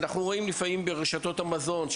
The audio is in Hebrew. אנחנו רואים מה קורה לפעמים ברשתות המזון למשל,